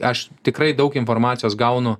aš tikrai daug informacijos gaunu